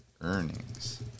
earnings